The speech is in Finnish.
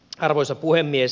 arvoisa puhemies